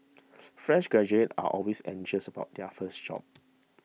fresh graduates are always anxious about their first job